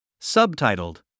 Subtitled